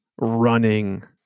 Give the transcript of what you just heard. running